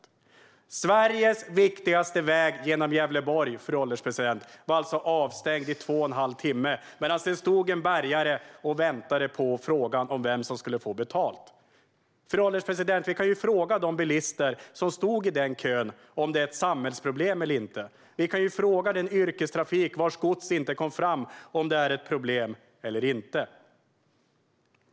Sveriges viktigaste väg genom Gävleborg, fru ålderspresident, var alltså avstängd i två och en halv timme medan det stod en bärgare och väntade på svar på frågan om vem som skulle betala. Fru ålderspresident! Vi kan ju fråga de bilister som stod i den kön om det är ett samhällsproblem eller inte. Vi kan fråga den yrkestrafik vars gods inte kom fram om det är ett problem eller inte.